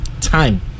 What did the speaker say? time